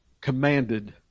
commanded